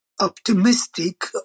optimistic